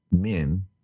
men